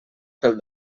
pel